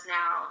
now